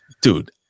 Dude